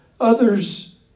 Others